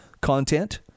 content